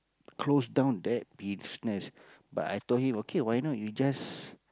close down that business but I told him okay why not you just